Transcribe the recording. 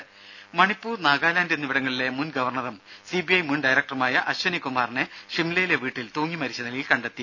രുര മണിപ്പൂർ നാഗാലാന്റ് എന്നിവിടങ്ങളിലെ മുൻ ഗവർണറും സിബിഐ മുൻ ഡയറക്ടറുമായ അശ്വനി കുമാറിനെ ഷിംലയിലെ വീട്ടിൽ തൂങ്ങിമരിച്ച നിലയിൽ കണ്ടെത്തി